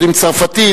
יודעים צרפתית,